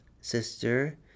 Sister